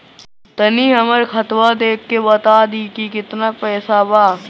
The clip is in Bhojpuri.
तनी हमर खतबा देख के बता दी की केतना पैसा बा?